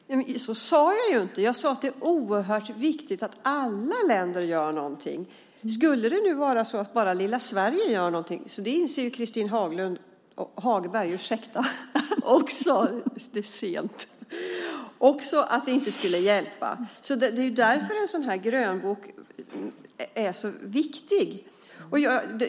Fru talman! Så sade jag inte! Jag sade att det är oerhört viktigt att alla länder gör någonting. Skulle det nu vara så att bara lilla Sverige gör någonting inser också Christin Hagberg att det inte skulle hjälpa. Det är därför en sådan här grönbok är så viktig.